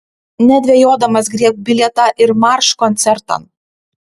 nedvejodamas griebk bilietą ir marš koncertan